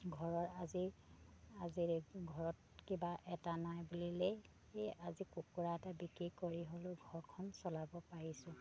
ঘৰৰ আজি আজিৰ ঘৰত কিবা এটা নাই বুলিলেই আজি কুকুৰা এটা বিক্ৰী কৰি হ'লেও ঘৰখন চলাব পাৰিছোঁ